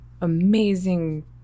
amazing